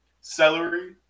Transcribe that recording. celery